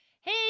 Hey